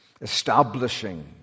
establishing